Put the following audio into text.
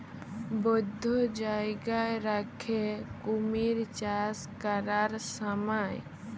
বধ্য জায়গায় রাখ্যে কুমির চাষ ক্যরার স্যময়